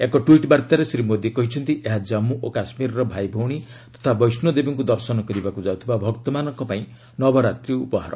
ଏକ ଟ୍ୱିଟ୍ ବାର୍ତ୍ତାରେ ଶ୍ରୀ ମୋଦୀ କହିଛନ୍ତି ଏହା ଜାମ୍ମୁ ଓ କାଶ୍କୀରର ଭାଇଭଉଣୀ ତଥା ବୈଷ୍ଣୋଦେବୀଙ୍କୁ ଦର୍ଶନ କରିବାକୁ ଯାଉଥିବା ଭକ୍ତମାନଙ୍କ ପାଇଁ ନବରାତ୍ରୀ ଉପହାର